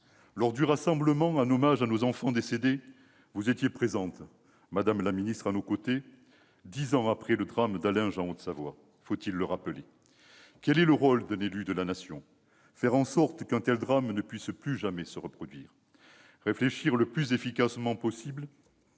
Lors du rassemblement en hommage à nos enfants décédés, vous étiez présente, madame la ministre, dix ans après le drame d'Allinges, en Haute-Savoie. Quel est le rôle d'un élu de la Nation ? Faire en sorte qu'un tel drame ne puisse jamais se reproduire ; réfléchir le plus efficacement possible à